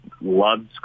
loves